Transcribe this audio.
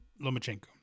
Lomachenko